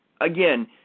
again